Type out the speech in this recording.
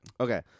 Okay